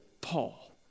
Paul